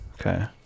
Okay